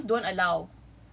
she chose don't allow